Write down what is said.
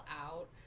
out